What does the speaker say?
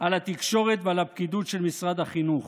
על התקשורת ועל הפקידות של משרד החינוך.